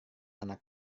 anak